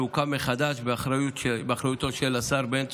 שהוקם מחדש באחריותו של השר בן צור.